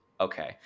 Okay